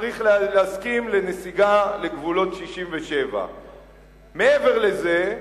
צריך להסכים לנסיגה לגבולות 67'. מעבר לזה,